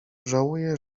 żałuje